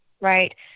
Right